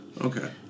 Okay